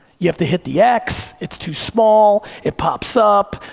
you have to hit the x, it's too small, it pops up,